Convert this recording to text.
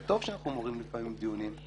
וטוב שאנחנו מעוררים לפעמים דיונים,